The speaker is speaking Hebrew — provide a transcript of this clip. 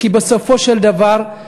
כי בסופו של דבר,